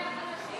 ההצעה